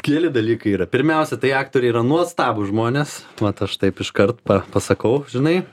keli dalykai yra pirmiausia tai aktoriai yra nuostabūs žmonės vat aš taip iškart va pasakau žinai